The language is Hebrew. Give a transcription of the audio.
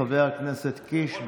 חבר הכנסת קיש,